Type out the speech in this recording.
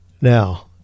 Now